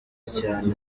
cyane